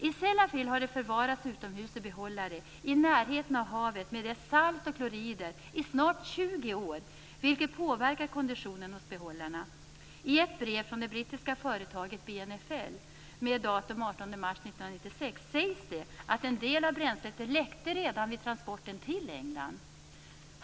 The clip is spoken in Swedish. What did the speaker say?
I Sellafield har det förvarats utomhus i behållare i närheten av havet med dess salt och klorider i snart 20 år, vilket påverkar konditionen hos behållarna. I ett brev från det brittiska företaget BNFL, med datum den 18 mars 1996, sägs det att en del av bränslet läckte redan vid transporten till England.